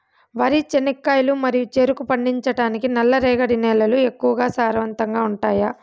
వరి, చెనక్కాయలు మరియు చెరుకు పండించటానికి నల్లరేగడి నేలలు ఎక్కువగా సారవంతంగా ఉంటాయా?